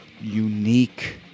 unique